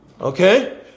Okay